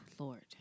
lord